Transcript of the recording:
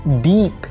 deep